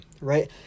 right